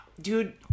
dude